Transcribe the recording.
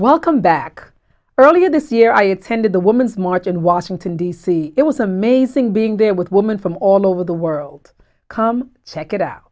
welcome back earlier this year i attended the woman's march in washington d c it was amazing being there with women from all over the world come check it out